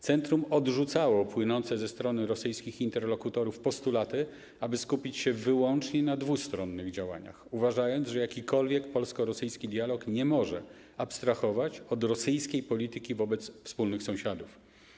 Centrum odrzucało płynące ze strony rosyjskich interlokutorów postulaty, aby skupić się wyłącznie na dwustronnych działaniach, uważając, że jakikolwiek polsko-rosyjski dialog nie może abstrahować od rosyjskiej polityki wobec wspólnych sąsiadów.